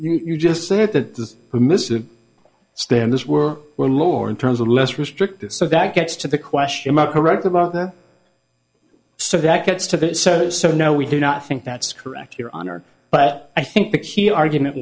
you just say that the permissive stand those were were lower in terms of less restricted so that gets to the question mark correct about there so that gets to the so so no we do not think that's correct your honor but i think the key argument